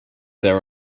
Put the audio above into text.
there